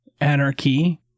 Anarchy